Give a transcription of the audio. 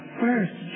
first